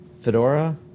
Fedora